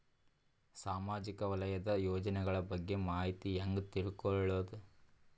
ಸಾಮಾಜಿಕ ವಲಯದ ಯೋಜನೆಗಳ ಬಗ್ಗೆ ಮಾಹಿತಿ ಹ್ಯಾಂಗ ತಿಳ್ಕೊಳ್ಳುದು?